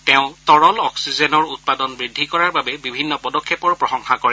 তেওঁ তৰল অক্সিজেনৰ উৎপাদন বৃদ্ধিৰ বাবে লোৱা বিভিন্ন পদক্ষেপৰো প্ৰশংসা কৰে